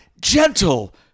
gentle